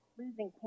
losing